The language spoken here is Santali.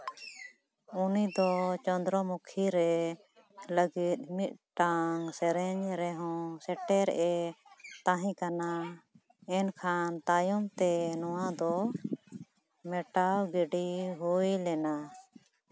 ᱩᱱᱤ ᱫᱚ ᱪᱚᱱᱫᱨᱚᱢᱩᱠᱷᱤ ᱨᱮ ᱞᱟᱹᱜᱤᱫ ᱢᱤᱫᱴᱟᱝ ᱥᱮᱨᱮᱧ ᱨᱮᱦᱚᱸ ᱥᱮᱴᱮᱨᱼᱮ ᱛᱟᱦᱮᱸᱠᱟᱱᱟ ᱮᱱᱠᱷᱟᱱ ᱛᱟᱭᱚᱢ ᱛᱮ ᱱᱚᱣᱟ ᱫᱚ ᱢᱮᱴᱟᱣ ᱜᱤᱰᱤ ᱦᱩᱭ ᱞᱮᱱᱟ